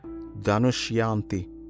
Danushyanti